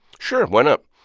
sure. why not?